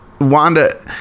Wanda